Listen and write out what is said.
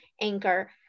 anchor